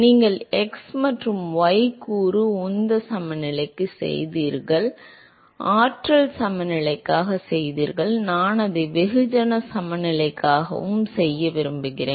நீங்கள் x மற்றும் y கூறு உந்த சமநிலைக்கு செய்தீர்கள் ஆற்றல் சமநிலைக்காக செய்தீர்கள் நான் அதை வெகுஜன சமநிலைக்காகவும் செய்ய விரும்பினேன்